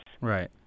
Right